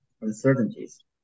uncertainties